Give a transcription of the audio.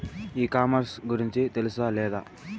E commerce గురించి తెలుసా లేదా?